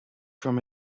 from